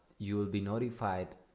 you will be notified